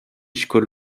skol